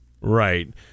Right